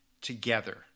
together